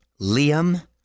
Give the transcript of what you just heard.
Liam